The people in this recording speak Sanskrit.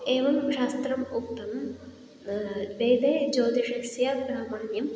एवं शास्त्रम् उक्तं वेदे ज्योतिषस्य प्रामाण्यम्